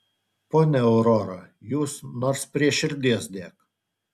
ponia aurora jūs nors prie širdies dėk